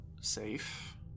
safe